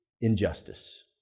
injustice